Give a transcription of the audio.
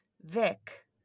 Vic